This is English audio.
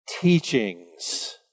teachings